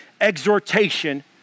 exhortation